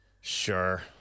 Sure